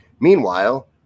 Meanwhile